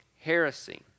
heresy